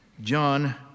John